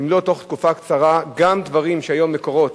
אם לא תוך תקופה קצרה גם דברים שהיום "מקורות"